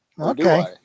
okay